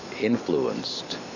influenced